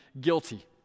guilty